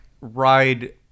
ride